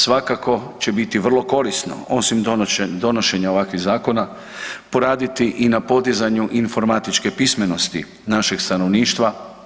Svakako će biti vrlo korisno osim donošenja ovakvih zakona poraditi i na podizanju informatičke pismenosti našeg stanovništva.